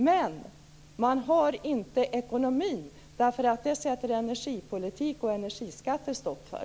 Men man har inte ekonomi, det sätter energipolitik och energiskatter stopp för.